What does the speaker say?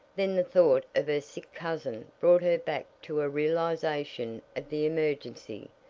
then the thought of her sick cousin brought her back to a realization of the emergency.